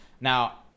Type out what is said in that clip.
now